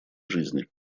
жизни